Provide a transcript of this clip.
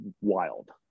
wild